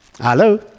Hello